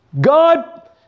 God